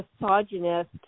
misogynist